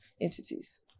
entities